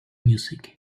music